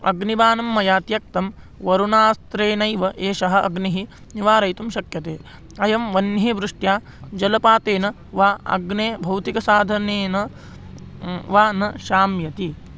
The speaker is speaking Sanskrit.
अग्निबाणं मया त्यक्तं वरुणास्त्रेणैव एषः अग्निः निवारयितुं शक्यते अयं वह्निः वृष्ट्या जलपातेन वा अग्निं भौतिकसाधनेन वा न शाम्यति